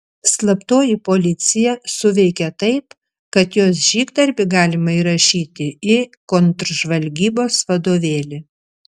slaptoji policija suveikė taip kad jos žygdarbį galima įrašyti į kontržvalgybos vadovėlį